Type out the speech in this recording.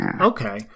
Okay